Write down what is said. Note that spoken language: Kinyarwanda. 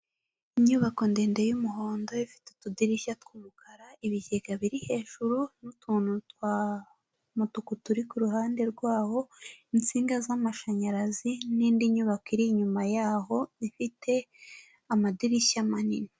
Inyubako ndende y'umuhondo ifite utudirishya tw'umukara ibigega biri hejuru n'utuntu twa umutuku turi ku ruhande rwaho, insinga z'amashanyarazi n'indi nyubako iri inyuma yaho ifite amadirishya manini.